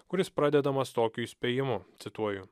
kuris pradedamas tokiu įspėjimu cituoju